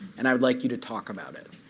and i would like you to talk about it.